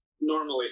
normally